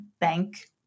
bank